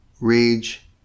rage